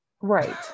Right